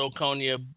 Oconia